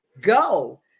go